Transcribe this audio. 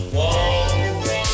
Whoa